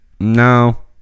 No